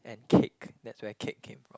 and cake that's where cake came from